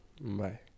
bye